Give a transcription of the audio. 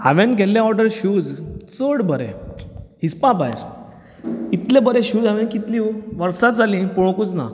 हांवेन केल्ले order shoes चड बरे हिस्पा भायर इतले बरे शूज हांवें कितलीं वर्सांच जालीं पळोवंकूच ना